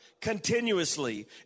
continuously